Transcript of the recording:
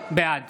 בעד